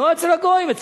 לא אצל הגויים.